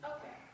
Okay